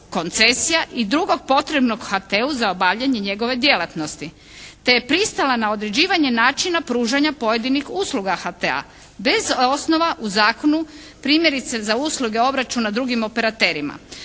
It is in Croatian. koncesija i drugog potrebnog HT-u za obavljanje njegove djelatnosti te je pristala na određivanje načina pružanja pojedinih usluga HT-a bez osnova u zakonu primjerice za usluge obračuna drugim operaterima,